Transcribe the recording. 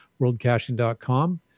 WorldCaching.com